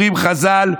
אומרים חז"ל: